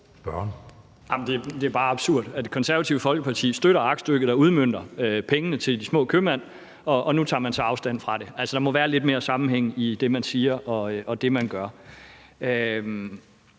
Det er bare absurd, at Det Konservative Folkeparti støtter aktstykket, der udmønter pengene til de små købmænd, og nu tager man så afstand fra det. Altså, der må være lidt mere sammenhæng i det, man siger, og det, man gør.